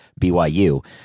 BYU